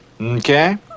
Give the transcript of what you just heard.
Okay